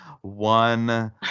one